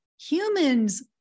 humans